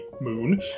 moon